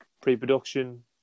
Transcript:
pre-production